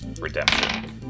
Redemption